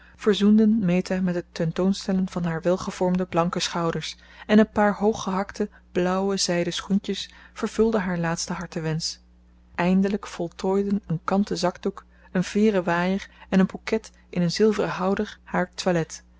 verzoenden meta met het tentoonstellen van haar welgevormde blanke schouders en een paar hooggehakte blauw zijden schoentjes vervulden haar laatsten hartewensch eindelijk voltooiden een kanten zakdoek een veeren waaier en een bouquet in een zilveren houder haar toilet